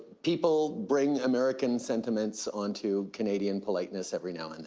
people bring american sentiments onto canadian politeness every now and